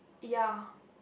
ya